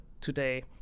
today